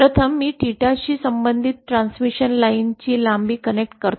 प्रथम मी 𝜽 शी संबंधित ट्रान्समिशन लाइनची लांबी कनेक्ट करतो